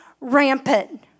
rampant